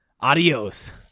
Adios